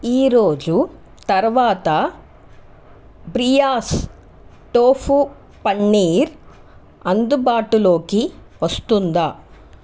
ఈరోజు తరువాత బ్రియాస్ టోఫు పన్నీర్ అందుబాటులోకి వస్తుందా